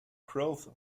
growth